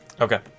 Okay